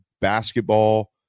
basketball